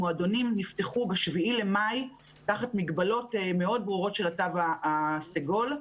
מועדונים נפתחו ב-7.5 תחת מגבלות מאוד ברורות של התו הסגול.